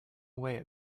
way